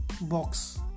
box